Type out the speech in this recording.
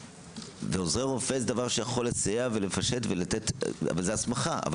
ועוזרי רופא זה דבר שיכול לסייע ולפשט ולתת - וזה הסמכה אבל